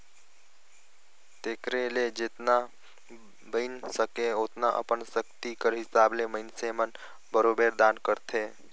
तेकरे ले जेतना बइन सके ओतना अपन सक्ति कर हिसाब ले मइनसे मन बरोबेर दान करथे